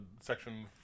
section